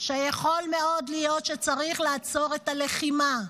כשיכול מאוד להיות שצריך לעצור את הלחימה,